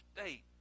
state